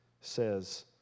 says